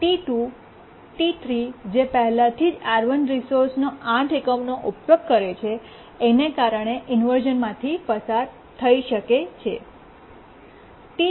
T2 T3 જે પહેલાથી R1 રિસોર્સનો 8 એકમનો ઉપયોગ કરે છે એને કારણે ઇન્વર્શ઼નમાંથી પસાર થઈ શકે છે